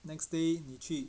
next day 你去